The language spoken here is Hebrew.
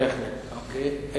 בהחלט, אוקיי.